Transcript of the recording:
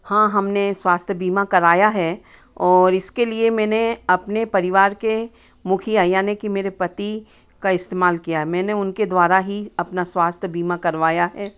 हाँ हमने स्वास्थ्य बीमा कराया है और इसके लिए मैंने अपने परिवार के मुखिया यानि कि मेरे पति का इस्तेमाल किया है मैंने उनके द्वारा ही अपना स्वास्थ्य बीमा करवाया है